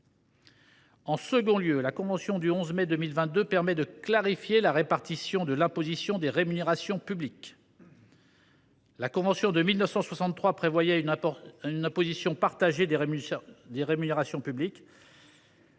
En second lieu, la convention du 11 mai 2022 clarifie la répartition de l’imposition des rémunérations publiques. La convention de 1963 prévoyait une imposition partagée des rémunérations publiques.